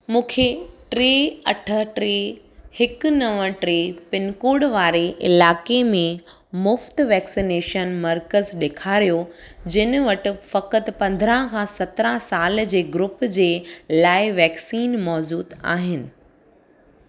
मूंखे टे अठ टे हिकु नव टे पिनकोड वारे इलाइक़े में मुफ़्त वैक्सीनेशन मर्कज़ु ॾेखारियो जिनि वटि फ़क़ति पंदरहां खां सतरहां साल जे ग्रुप जे लाइ वैक्सीन मौजूदु आहिनि